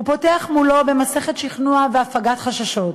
הוא פותח מולו במסכת שכנוע והפגת חששות,